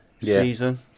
season